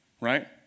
right